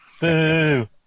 Boo